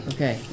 Okay